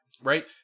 right